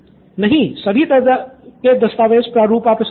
student 1 नहीं सभी तरह के दस्तावेज़ प्रारूप